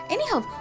Anyhow